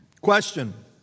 Question